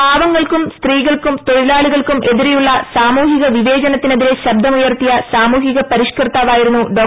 പാവങ്ങൾക്കൂം സ്ത്രീകൾക്കും തൊഴിലാളികൾക്കും എതിരെയുള്ള സാമൂഹിക വിവേചനത്തിന് എതിരെ ശബ്ദമുയർത്തിയ സ്ാമൂഹിക പരിഷ്കർത്താവായിരുന്നു ഡോ